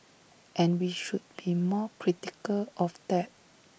and we should be more critical of that